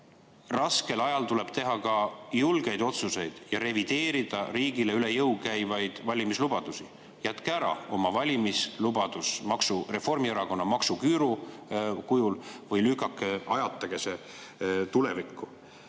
Raskel ajal tuleb teha ka julgeid otsuseid ja revideerida riigile üle jõu käivaid valimislubadusi. Jätke ära oma valimislubadus Reformierakonna maksuküüru kujul või lükake [edasi], ajatage see tulevikku.